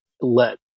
let